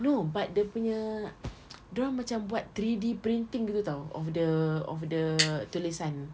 no but dia punya dorang macam buat three D printing punya [tau] of the of the tulisan